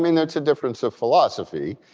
i mean that's a difference of philosophy.